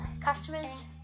customers